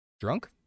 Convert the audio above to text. Drunk